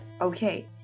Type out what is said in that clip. Okay